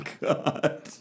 God